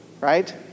right